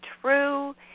true